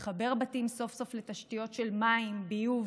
לחבר בתים סוף-סוף לתשתיות של מים וביוב,